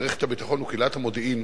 מערכת הביטחון וקהילת המודיעין